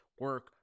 Work